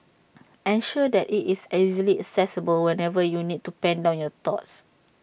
ensure that IT is easily accessible whenever you need to pen down your thoughts